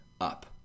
up